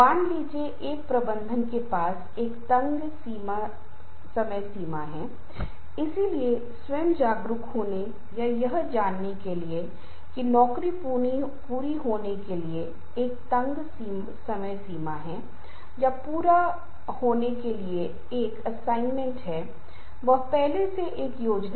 इसलिए यह बेहतर है कि जब भी हम बोल रहे हों या अपना मुंह खोल रहे हों तब हमें बहुत सतर्क रहना चाहिए फिर कभी कभी जानबूझकर या अनजाने में संचार की शब्दार्थ बाधाएं होती हैं हम स्लैंग और स्टिरियोटाइप शब्द का उपयोग कर रहे हैं जो आप नहीं कर सकते हैं या महिला ऐसा कुछ नहीं कर सकती है जैसे कि कुछ विशेष स्थान से आने वाले लोगों को प्रदर्शन नहीं कर सकता